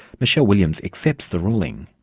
michele williams accepts the ruling.